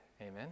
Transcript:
Amen